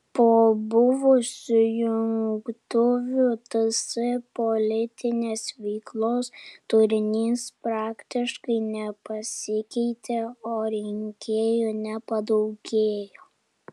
po buvusių jungtuvių ts politinės veiklos turinys praktiškai nepasikeitė o rinkėjų nepadaugėjo